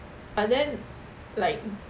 but then like